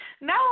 No